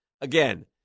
again